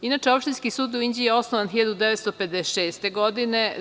Inače, Opštinski sud u Inđiji je osnovan 1956. godine.